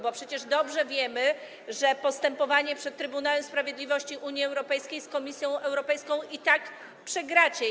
Bo przecież dobrze wiemy, że postępowanie przed Trybunałem Sprawiedliwości Unii Europejskiej, Komisją Europejską i tak przegracie.